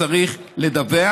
הוא צריך לדווח.